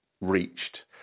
reached